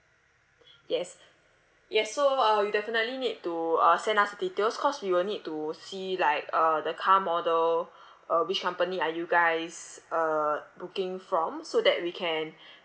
yes yes so uh you definitely need to uh send us details cause we will need to see like uh the car model uh which company are you guys uh booking from so that we can